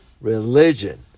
religion